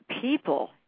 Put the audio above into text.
people